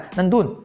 Nandun